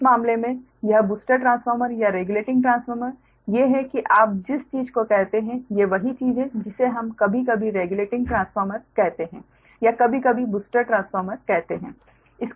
इस मामले में यह बूस्टर ट्रांसफार्मर या रेगुलेटिंग ट्रांसफार्मर ये हैं कि आप जिस चीज़ को कहते हैं ये वही चीज़ है जिसे हम कभी कभी रेगुलेटिंग ट्रांसफार्मर कहते हैं या कभी कभी बूस्टर ट्रांसफार्मर कहते हैं